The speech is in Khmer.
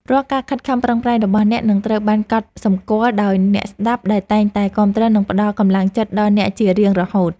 រាល់ការខិតខំប្រឹងប្រែងរបស់អ្នកនឹងត្រូវបានកត់សម្គាល់ដោយអ្នកស្តាប់ដែលតែងតែគាំទ្រ និងផ្តល់កម្លាំងចិត្តដល់អ្នកជារៀងរហូត។